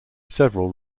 several